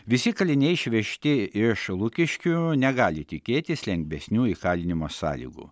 visi kaliniai išvežti iš lukiškių negali tikėtis lengvesnių įkalinimo sąlygų